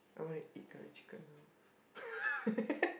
I wanna eat curry chicken now